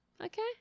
Okay